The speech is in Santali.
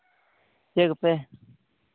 ᱪᱮᱫᱠᱚᱯᱮ